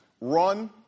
run